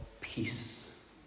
peace